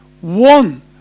one